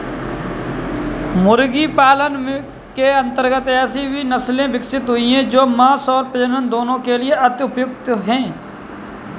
मुर्गी पालन के अंतर्गत ऐसी भी नसले विकसित हुई हैं जो मांस और प्रजनन दोनों के लिए अति उपयुक्त हैं